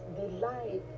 delight